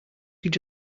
could